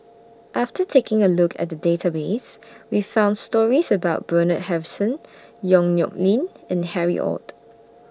after taking A Look At The Database We found stories about Bernard Harrison Yong Nyuk Lin and Harry ORD